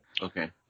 Okay